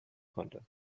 konnte